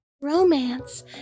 Romance